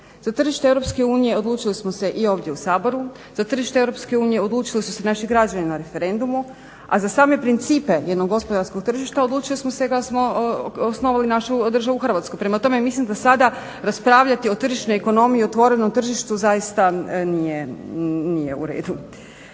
Za tržište EU odlučili smo se i ovdje u Saboru, za tržište EU odlučili su se naši građani na referendumu a za same principe jednog gospodarskog tržišta odlučili smo se kad smo osnovali našu državu Hrvatsku. Prema tome, mislim da sada raspravljati o tržišnoj ekonomiji i otvorenom tržištu zaista nije u redu.